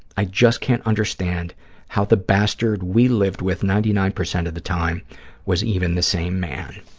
i just can't understand how the bastard we lived with ninety nine percent of the time was even the same man.